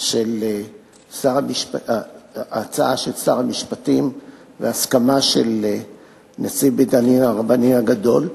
של שר המשפטים והסכמה של נשיא בית-הדין הרבני הגדול,